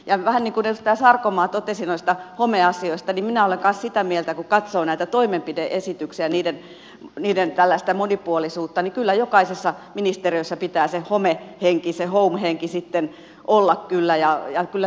ja vähän niin kuin edustaja sarkomaa totesi noista homeasioista niin minä olen kans sitä mieltä kun katsoo näitä toimenpide esityksiä niiden tällaista monipuolisuutta että kyllä jokaisessa ministeriössä pitää se homehenki se home henki sitten olla kyllä